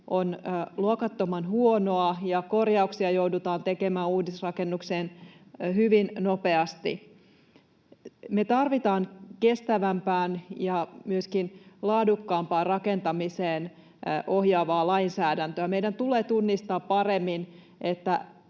on luokattoman huonoa ja korjauksia joudutaan tekemään uudisrakennukseen hyvin nopeasti. Me tarvitaan kestävämpään ja myöskin laadukkaampaan rakentamiseen ohjaavaa lainsäädäntöä. Meidän tulee tunnistaa paremmin,